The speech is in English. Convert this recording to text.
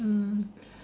mm